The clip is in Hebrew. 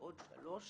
בעוד שלוש שנים,